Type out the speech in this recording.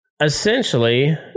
essentially